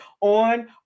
on